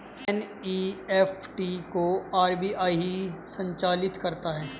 NEFT को RBI ही संचालित करता है